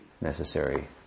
necessary